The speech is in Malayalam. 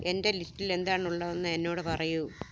എന്റെ ലിസ്റ്റിൽ എന്താണുള്ളതെന്ന് എന്നോട് പറയൂ